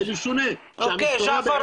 זה משונה שהמשטרה בעצם לא מביאה --- אוקיי,